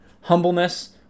Humbleness